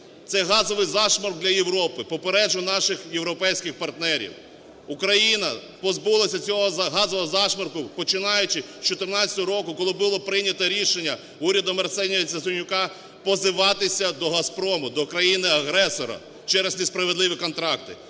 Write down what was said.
Це газовий зашморгу для Європи, попереджу наших європейських партнерів. Україна позбулася цього газового зашморгу, починаючи з 14-го року, коли було прийняте рішення урядом Арсенія Яценюка позиватися до "Газпрому", до країни-агресора, через несправедливі контракти.